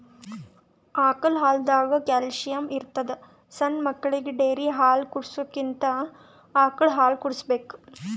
ಆಕಳ್ ಹಾಲ್ದಾಗ್ ಕ್ಯಾಲ್ಸಿಯಂ ಇರ್ತದ್ ಸಣ್ಣ್ ಮಕ್ಕಳಿಗ ಡೇರಿ ಹಾಲ್ ಕುಡ್ಸಕ್ಕಿಂತ ಆಕಳ್ ಹಾಲ್ ಕುಡ್ಸ್ಬೇಕ್